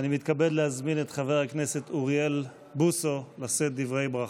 אני מתכבד להזמין את חבר הכנסת אוריאל בוסו לשאת דברי ברכה.